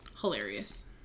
hilarious